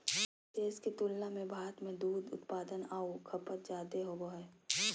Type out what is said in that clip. सभे देश के तुलना में भारत में दूध उत्पादन आऊ खपत जादे होबो हइ